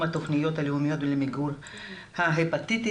התוכנית הלאומית למיגור ההפטיטיס.